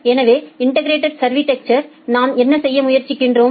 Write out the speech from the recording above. எனவே இன்டெகிரெட் சா்விஸ் அா்கிடெக்சரில் நாம் என்ன செய்ய முயற்சிக்கிறோம்